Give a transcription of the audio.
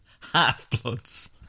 Half-Bloods